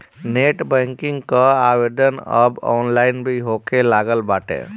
net banking कअ आवेदन अब ऑनलाइन भी होखे लागल बाटे